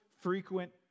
frequent